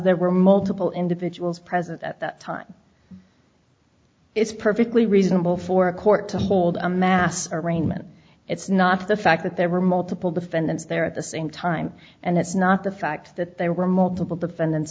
there were multiple individuals present at that time it's perfectly reasonable for a court to hold a mass arraignment it's not the fact that there were multiple defendants there at the same time and it's not the fact that there were multiple defendants